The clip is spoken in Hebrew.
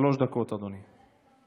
שלוש דקות, אדוני.